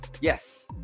yes